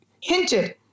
hinted